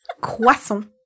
croissant